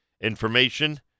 Information